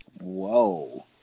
Whoa